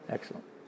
Excellent